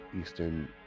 Eastern